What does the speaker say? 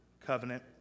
covenant